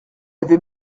avait